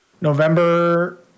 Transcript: November